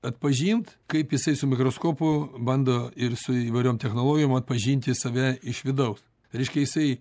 atpažint kaip jisai su mikroskopu bando ir su įvairiom technologijom atpažinti save iš vidaus reiškia jisai